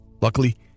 Luckily